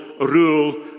rule